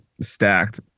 stacked